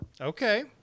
Okay